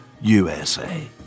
USA